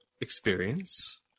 experience